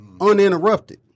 uninterrupted